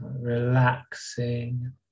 Relaxing